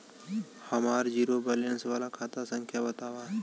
हमार zero balance वाला खाता संख्या वतावा?